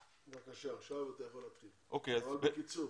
עכשיו אתה יכול להתחיל אבל בקיצור.